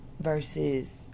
versus